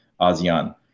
ASEAN